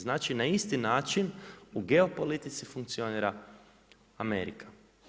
Znači na isti način u geopolitici funkcionira Amerika.